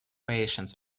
patients